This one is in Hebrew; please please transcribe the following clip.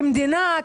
כמדינה,